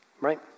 right